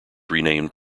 renamed